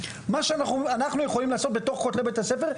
מה שאנחנו יכולים לעשות בתוך כתלי בית הספר,